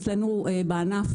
אצלנו בענף,